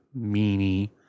meanie